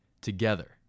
together